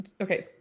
okay